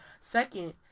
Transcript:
Second